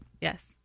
Yes